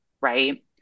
Right